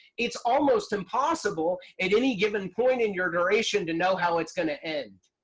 it's almost impossible at any given point in your duration to know how it's going to end.